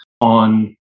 on